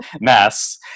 mass